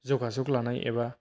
जगाजग लानाय एबा